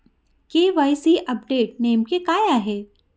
KYC update नेमके काय आहे?